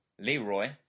Leroy